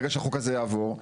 ברגע שהחוק הזה יעבור,